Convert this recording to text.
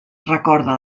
recorda